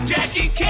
Jackie